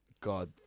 God